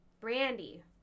Brandy